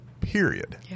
period